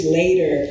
later